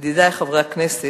ידידי חברי הכנסת,